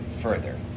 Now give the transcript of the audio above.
further